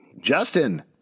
Justin